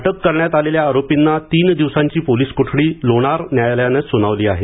अटक करण्यात आलेल्या आरोपींना तीन दिवसांची पोलीस कोठडी लोणार न्यायालयाने सुनावली आहे